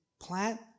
plant